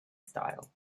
style